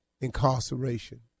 incarceration